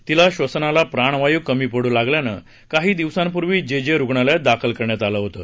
तिला श्वसनाला प्राणवायू कमी पडू लागल्यानं काही दिवसांपूर्वी जे जे रुग्णालयात दाखल करण्यात आलं होतं